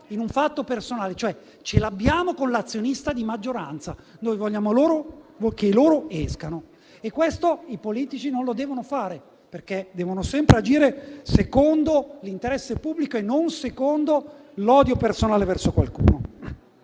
in un fatto personale: ce l'abbiamo con l'azionista di maggioranza e vogliamo che esca. Questo i politici non lo devono fare, perché devono sempre agire secondo l'interesse pubblico e non secondo l'odio personale verso qualcuno.